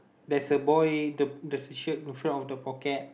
there's a boy there's a shirt in front of the pocket